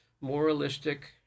moralistic